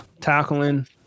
Tackling